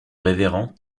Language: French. révérend